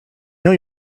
know